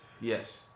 Yes